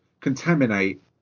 contaminate